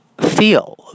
feel